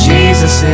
Jesus